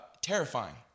terrifying